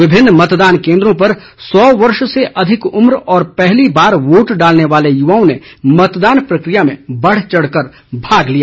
विभिन्न मतदान केन्द्रों पर सौ वर्ष से अधिक उम्र और पहली बार वोट डालने वाले युवाओं ने मतदान प्रक्रिया में बढ़ चढ़ कर भाग लिया